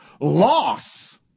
loss